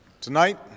Tonight